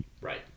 Right